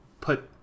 put